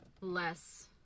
less